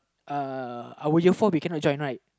uh we cannot join right